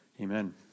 Amen